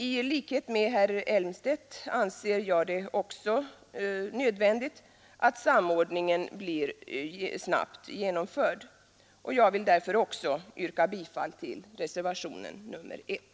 I likhet med herr Elmstedt anser jag det också nödvändigt att samordningen blir snabbt genomförd. Jag vill därför också yrka bifall till reservationen 1.